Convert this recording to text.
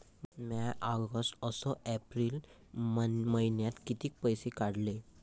म्या ऑगस्ट अस एप्रिल मइन्यात कितीक पैसे काढले?